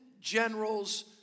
generals